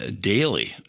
daily